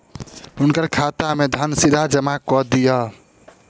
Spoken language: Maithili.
हुनकर खाता में धन सीधा जमा कअ दिअ